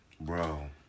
Bro